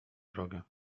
drogę